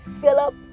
Philip